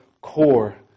core